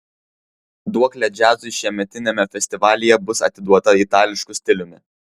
duoklė džiazui šiemetiniame festivalyje bus atiduota itališku stiliumi